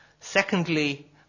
Secondly